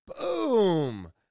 Boom